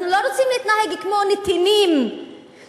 אנחנו לא רוצים להתנהג כמו נתינים שבאים